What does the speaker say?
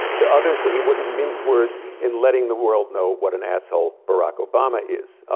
to others that he wouldn't mince words in letting the world know what an asshole barrack obama is.